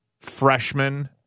freshman